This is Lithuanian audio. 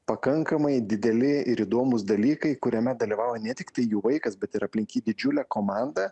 pakankamai dideli ir įdomūs dalykai kuriame dalyvauja ne tiktai jų vaikas bet ir aplink jį didžiulę komandą